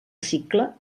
cicle